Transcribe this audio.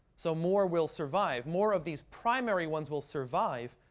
so more will survive. more of these primary ones will survive,